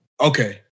Okay